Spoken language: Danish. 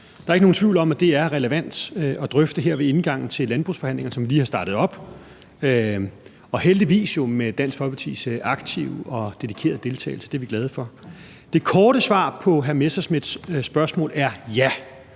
Der er ikke nogen tvivl om, at det er relevant at drøfte her ved indgangen til de landbrugsforhandlinger, som lige er startet op, og heldigvis jo med Dansk Folkepartis aktive og dedikerede deltagelse – det er vi glade for. Det korte svar på hr. Morten Messerschmidts spørgsmål er: Ja,